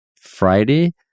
Friday